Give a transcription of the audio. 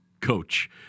coach